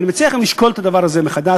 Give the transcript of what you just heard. אבל אני מציע לכם לשקול את הדבר הזה מחדש,